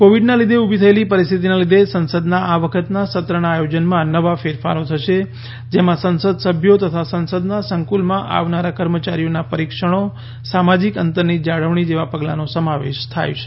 કોવિડના લીધે ઊભી થયેલી પરિસ્થિતિના લીધે સંસદના આ વખતના સત્રના આયોજનમાં નવા ફેરફારો થશે જેમાં સંસદ સભ્યો તથા સંસદના સંકલમાં આવનારા કર્મચારીઓના પરિક્ષણો સામાજિક અંતરની જાળવણી જેવા પગલાંનો સમાવેશ થાય છે